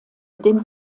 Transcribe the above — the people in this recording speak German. dem